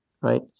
right